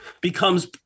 Becomes